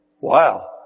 Wow